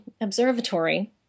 observatory